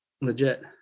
legit